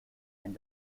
and